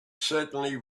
certainly